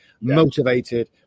motivated